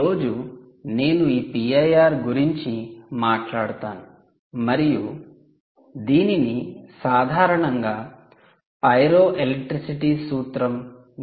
ఈ రోజు నేను ఈ పిఐఆర్ గురించి మాట్లాడుతాను మరియు దీనిని సాధారణంగా 'పైరోఎలెక్ట్రిసిటీ ' సూత్రం